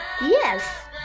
Yes